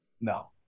No